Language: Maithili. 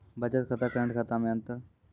बचत खाता करेंट खाता मे अंतर?